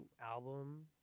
album